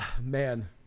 Man